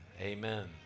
Amen